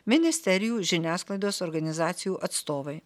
ministerijų žiniasklaidos organizacijų atstovai